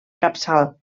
capçal